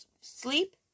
sleep